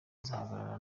nzahangana